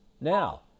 Now